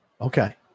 Okay